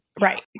Right